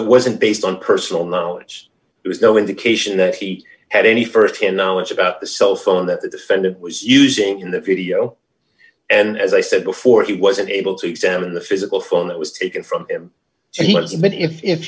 it wasn't based on personal knowledge there was no indication that he had any st hand knowledge about the cell phone that the defendant was using in the video and as i said before he was unable to examine the physical phone that was taken from him